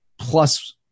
plus